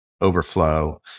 overflow